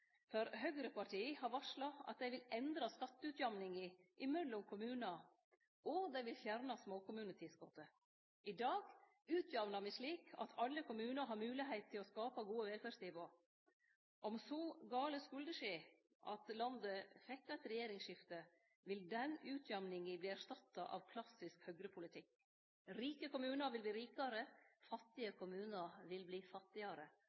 for høgrepartia har varsla at dei vil endre skatteutjamninga mellom kommunane, og dei vil fjerne småkommunetilskotet. I dag utjamnar me slik at alle kommunane har moglegheit til å skape gode velferdstilbod. Om så gale skulle skje at landet fekk eit regjeringsskifte, vil den utjamninga verte erstatta av klassisk høgrepolitikk. Rike kommunar vil verte rikare, og fattige kommunar vil verte fattigare.